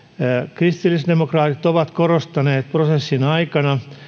kristillisdemokraatit ovat korostaneet prosessin aikana